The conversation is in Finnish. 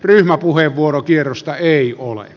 ryhmäpuheenvuorokierrosta ei ole